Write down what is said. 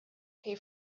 pay